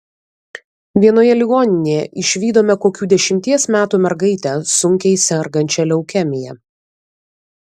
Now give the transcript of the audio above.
vienoje ligoninėje išvydome kokių dešimties metų mergaitę sunkiai sergančią leukemija